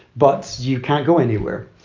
but you can't go anywhere.